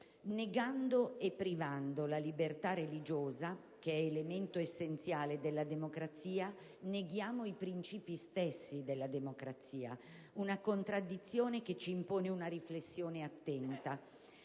Negando la libertà religiosa, che è elemento essenziale della democrazia, neghiamo i principi stessi della democrazia. Si tratta di una contraddizione che ci impone una riflessione attenta.